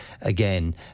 again